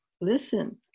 listen